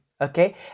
okay